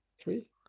three